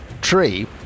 tree